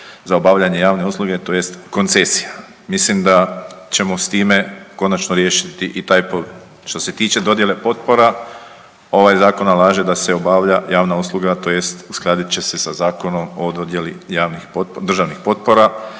za obavljanje javne usluge tj. koncesija. Mislim da ćemo s time konačno riješiti i taj … Što se tiče dodjele potpora, ovaj zakon nalaže da se obavlja javna usluga tj. uskladit će se sa Zakonom o dodjeli državnih potpora